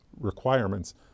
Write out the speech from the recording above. requirements